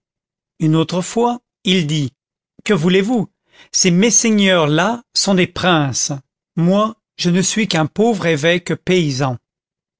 une autre fois il dit que voulez-vous ces messeigneurs là sont des princes moi je ne suis qu'un pauvre évêque paysan